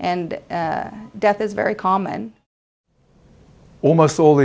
and death is very common almost all